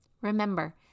Remember